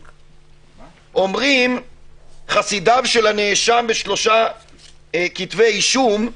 אומרים חסידיו של הנאשם בשלושה כתבי אישום,